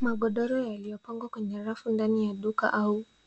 Magodoro yaliyopangwa kwenye rafu au ndani ya